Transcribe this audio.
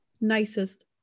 nicest